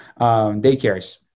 daycares